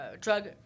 drug